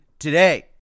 Today